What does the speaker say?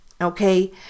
okay